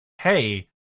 hey